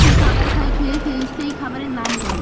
সেই খাবার খায় খেয়ে খেয়ে সেই খাবারের নাম করে